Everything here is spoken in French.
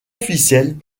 officielle